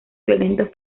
violentos